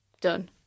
Done